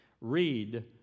Read